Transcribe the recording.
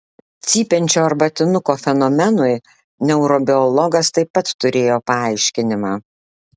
cypiančio arbatinuko fenomenui neurobiologas taip pat turėjo paaiškinimą